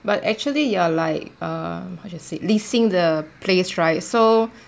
but actually you are like um how to say leasing the place right so